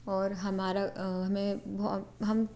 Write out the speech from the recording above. और हमारा हमें हम